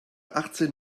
achtzehn